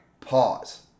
pause